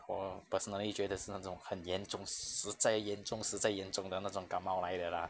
我 personally 觉得是那种很严重实在严重实在严重的那种感冒来的 lah